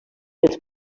els